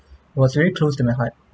was really close to my heart